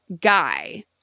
guy